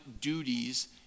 duties